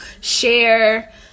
share